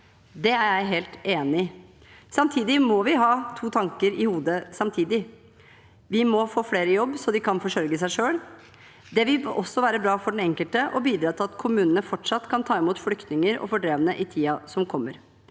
Det er jeg helt enig i. Samtidig må vi ha to tanker i hodet samtidig. Vi må få flere i jobb, så de kan forsørge seg selv. Det vil også være bra for den enkelte og bidra til at kommunene fortsatt kan ta imot flyktninger og fordrevne i tiden som kommer.